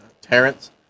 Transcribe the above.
Terrence